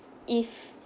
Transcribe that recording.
if